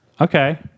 okay